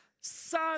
son